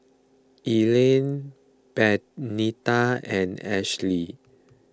Elian Benita and Ashly